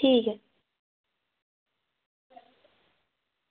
ठीक ऐ